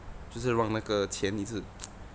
就是让那个钱一直